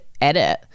edit